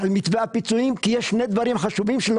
על מתווה הפיצויים כי יש שני דברים חשובים.